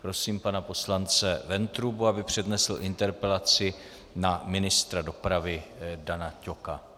Prosím pana poslance Ventrubu, aby přednesl interpelaci na ministra dopravy Dana Ťoka.